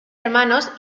hermanos